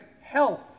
health